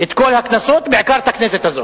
את כל הכנסות, בעיקר את הכנסת הזאת.